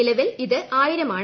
നിലവിൽ ഇത് ആയിരമാണ്